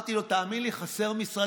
אמרתי לו: תאמין לי, חסרים משרדים.